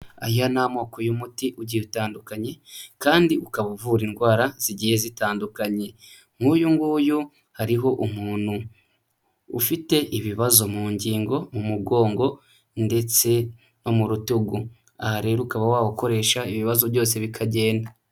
Aya ni amoko y'umuti ugiye utandukanye kandi ukaba uvura indwara zigiye zitandukanye. Nk'uyu nguyu hariho umuntu ufite ibibazo mu ngingo, mu mugongo ndetse no mu rutugu. Aha rero ukaba wawukoresha ibibazo byose bikagenda.